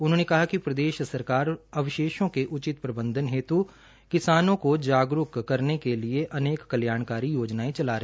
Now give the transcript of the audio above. उन्होंने कहा कि प्रदेश सरकार फसल अवशेषों के उचित प्रबंधन हेतू किसानों को जागरूक करने के लिए अनेक कल्याणकारी योजनाएं चला रही है